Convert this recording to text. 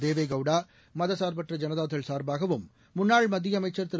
தேவே கவுடா மதச்சார்பற்ற ஜனதா தள் சார்பாகவும் முன்னாள் மத்திய அமைச்சர் திரு